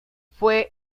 fue